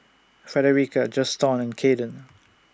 Frederica Juston and Kaeden